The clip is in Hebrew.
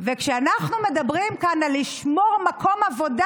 כשאנחנו מדברים כאן על לשמור מקום עבודה,